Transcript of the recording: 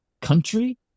country